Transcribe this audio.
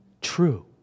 true